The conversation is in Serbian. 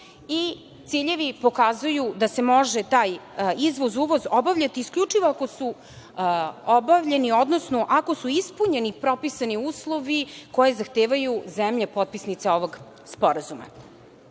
i ciljevi pokazuju da se može taj izvoz, uvoz obavljati isključivo ako su obavljeni, odnosno ako su ispunjeni propisani uslovi koje zahtevaju zemlje, potpisnice ovog sporazuma. Nadležni